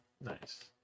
Nice